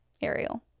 ariel